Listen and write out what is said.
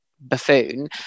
buffoon